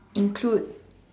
include